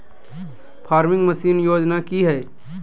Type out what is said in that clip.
Farming machine योजना कि हैय?